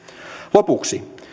lopuksi